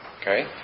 Okay